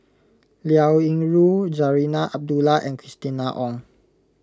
Liao Yingru Zarinah Abdullah and Christina Ong